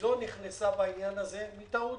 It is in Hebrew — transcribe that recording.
לא נכנסה בעניין הזה מטעות